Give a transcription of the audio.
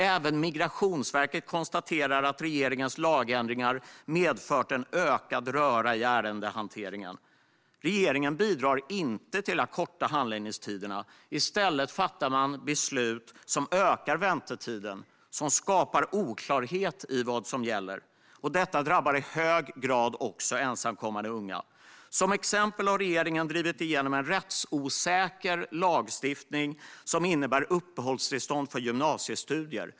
Även Migrationsverket konstaterar att regeringens lagändringar medfört en ökad röra i ärendehanteringen. Regeringen bidrar inte till att korta handläggningstiderna. I stället fattar man beslut som ökar väntetiderna och som skapar oklarhet om vad som gäller. Detta drabbar i hög grad också ensamkommande unga. Som exempel har regeringen drivit igenom en rättsosäker lagstiftning som innebär uppehållstillstånd för gymnasiestudier.